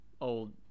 old